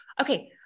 okay